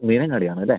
മീനങ്ങാടിയാണല്ലേ